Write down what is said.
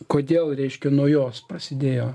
kodėl reiškia nuo jos prasidėjo